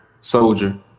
soldier